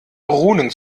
runen